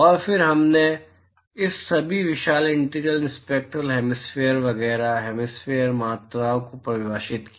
और फिर हमने इस सभी विशाल इंटीग्रल स्पेक्टरल हैमिस्फेरिकल वगैरह हैमिस्फेरिकल मात्राओं को परिभाषित किया